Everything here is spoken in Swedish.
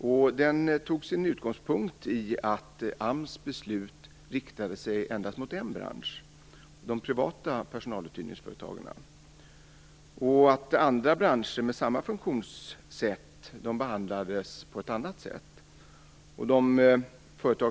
Frågan tog sin utgångspunkt i att AMS beslut riktade sig endast mot en bransch, nämligen de privata personaluthyrningsföretagen. Andra branscher med samma funktionssätt behandlades på ett annat sätt.